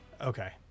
Okay